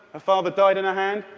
father died in her hand,